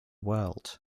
world